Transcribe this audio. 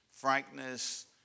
frankness